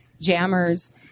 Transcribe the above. jammers